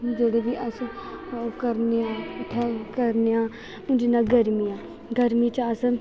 जेह्ड़े बी अस करनेआं उत्थै करनेआं जि'यां गरमी ऐ गरमी च अस